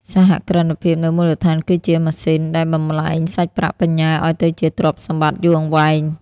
សហគ្រិនភាពនៅមូលដ្ឋានគឺជា "ម៉ាស៊ីន" ដែលបំប្លែងសាច់ប្រាក់បញ្ញើឱ្យទៅជាទ្រព្យសម្បត្តិយូរអង្វែង។